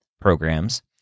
programs